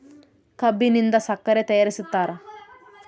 ಕಬ್ಬಿನಿಂದ ಸಕ್ಕರೆ ತಯಾರಿಸ್ತಾರ